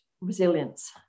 resilience